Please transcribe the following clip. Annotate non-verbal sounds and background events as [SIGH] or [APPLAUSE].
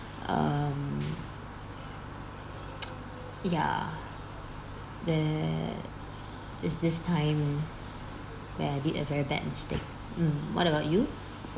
um [NOISE] ya that is this time where I did a very bad mistake mm what about you